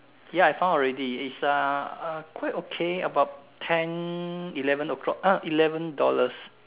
ya I found already it's uh quite okay about ten eleven o'clock uh eleven dollars